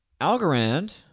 Algorand